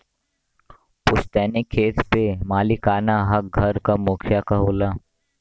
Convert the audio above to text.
पुस्तैनी खेत पे मालिकाना हक घर क मुखिया क होला